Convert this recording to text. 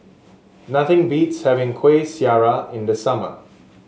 nothing beats having Kuih Syara in the summer